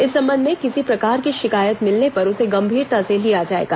इस संबंध में किसी प्रकार की शिकायत मिलने पर उसे गंभीरता से लिया जाएगा